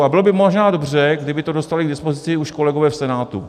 A bylo by možná dobře, kdyby to dostali k dispozici už kolegové v Senátu.